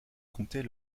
comptait